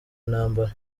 intambara